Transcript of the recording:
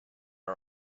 are